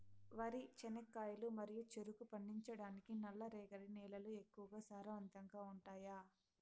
వరి, చెనక్కాయలు మరియు చెరుకు పండించటానికి నల్లరేగడి నేలలు ఎక్కువగా సారవంతంగా ఉంటాయా?